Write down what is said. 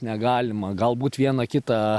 negalima galbūt vieną kitą